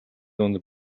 дунд